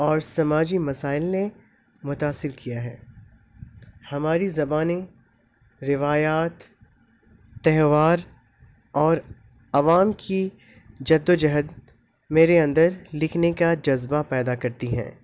اور سماجی مسائل نے متاثر کیا ہے ہماری زبانیں روایات تہوار اور عوام کی جد وجہد میرے اندر لکھنے کا جذبہ پیدا کرتی ہیں